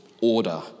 order